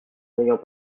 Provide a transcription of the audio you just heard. n’ayant